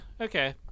okay